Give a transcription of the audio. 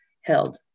held